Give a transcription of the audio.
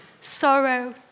sorrow